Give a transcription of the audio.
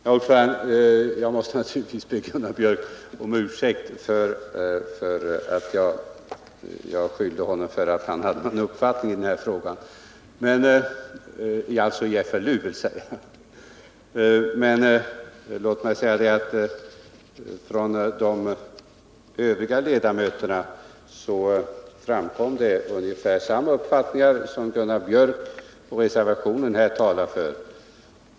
Herr talman! Jag måste naturligtvis be Gunnar Björk i Gävle om ursäkt för att jag har beskyllt honom för att ha någon uppfattning i den här frågan — i FLU, vill säga. Från de övriga ledamöterna framkom emellertid ungefär samma uppfattningar som Gunnar Björk och reservanterna här talar för.